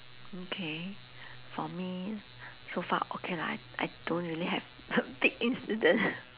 okay for me so far okay lah I I don't really have a big incident